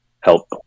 help